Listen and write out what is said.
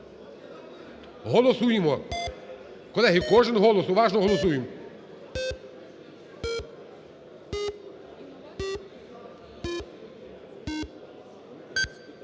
Голосуємо, колеги, кожен голос уважно голосуємо.